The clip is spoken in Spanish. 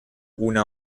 una